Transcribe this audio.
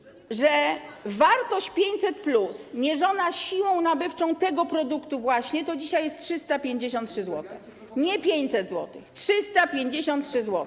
Że wartość 500+ mierzona siłą nabywczą tego produktu właśnie, to dzisiaj jest 353 zł, nie 500 zł. 353 zł.